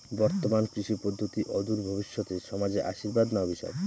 বর্তমান কৃষি পদ্ধতি অদূর ভবিষ্যতে সমাজে আশীর্বাদ না অভিশাপ?